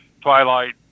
Twilight